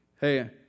hey